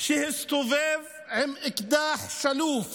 שמסתובב עם אקדח שלוף